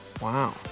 Wow